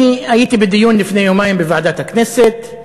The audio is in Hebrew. לפני יומיים הייתי בדיון בוועדת הכנסת.